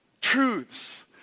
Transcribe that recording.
truths